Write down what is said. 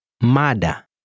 Mada